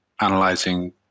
analyzing